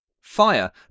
fire